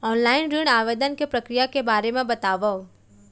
Online ऋण आवेदन के प्रक्रिया के बारे म बतावव?